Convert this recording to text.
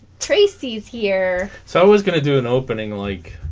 tracy's here so i was gonna do an opening like